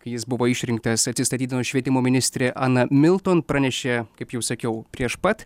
jis buvo išrinktas atsistatydino švietimo ministrė ana milton pranešė kaip jau sakiau prieš pat